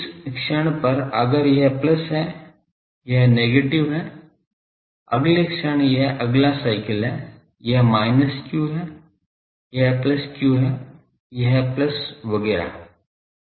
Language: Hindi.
इस क्षण पर अगर यह प्लस है यह नेगेटिव है अगले क्षण यह अगला साइकल है यह minus q है यह प्लस q है यह प्लस वगैरह है